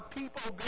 people